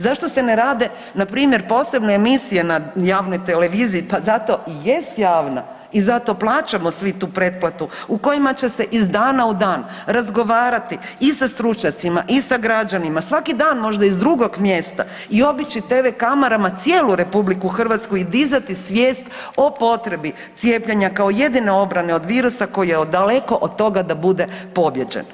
Zašto se ne rade na primjer posebne emisije na javnoj televiziji, pa zato i jest javna i zato plaćamo svi tu pretplatu iz kojih će se iz dana u dan razgovarati i sa stručnjacima i sa građanima, svaki dan možda iz drugog mjesta i obići tv kamerama cijelu RH i dizati svijest o potrebi cijepljenja kao jedine obrane od virusa koji je daleko od toga da bude pobijeđen.